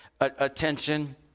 attention